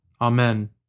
Amen